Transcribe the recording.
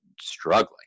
struggling